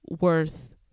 worth